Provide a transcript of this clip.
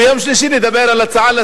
ביום שלישי אנחנו נדבר בהצעה שלי